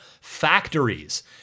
factories